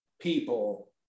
people